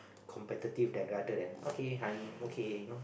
competitive than rather than okay I'm okay you know